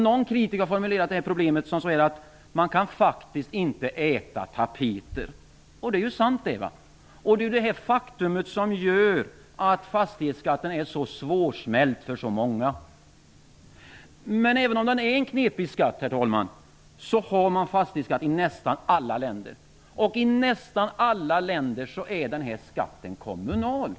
Någon kritiker har formulerat problemet så här: Man kan faktiskt inte äta tapeter. Och det är ju sant! Det är detta faktum som gör att fastighetsskatten är så svårsmält för så många. Men även om den är en knepig skatt, herr talman, så har man fastighetsskatt i nästan alla länder. Och i nästan alla länder är den här skatten kommunal.